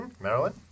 Marilyn